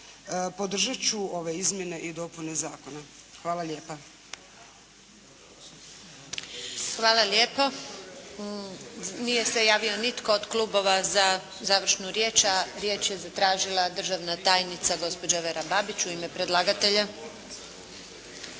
Podržat ću ove izmjene i dopune zakona. Hvala lijepa. **Antunović, Željka (SDP)** Hvala lijepo. Nije se javio nitko od klubova za završnu riječ. A riječ je zatražila državna tajnica gospođa Vera Babić u ime predlagatelja.